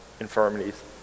infirmities